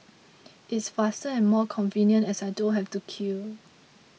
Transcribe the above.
it's faster and more convenient as I don't have to queue